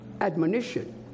admonition